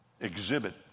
Exhibit